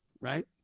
Right